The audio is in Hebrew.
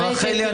ברקת,